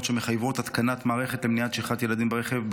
שמחייבות התקנת מערכת למניעת שכחת ילדים ברכב,